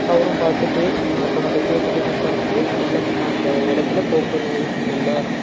அவரும் பார்த்துட்டு மற்றவங்கட்ட கேட்டுவிட்டு விசாரித்துட்டு இல்லை கண்ணா அந்த இடத்துல போக்குவரத்து நெரிசல் இல்லை